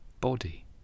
body